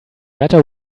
matter